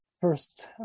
first